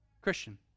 Christian